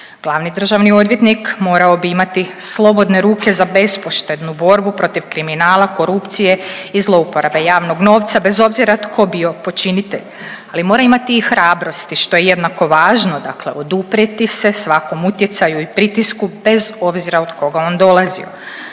Glavni državni odvjetnik morao bi imati slobodne ruke za bespoštednu borbu protiv kriminala, korupcije i zlouporabe javnog novca bez obzira tko bio počinitelj, ali mora imati i hrabrosti, što je jednako važno, dakle oduprijeti se svakom utjecaju i pritisku bez obzira od koga on dolazio.